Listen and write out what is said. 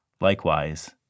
Likewise